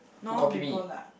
no people lah